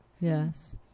Yes